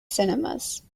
cinemas